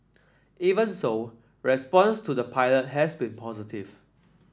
even so response to the pilot has been positive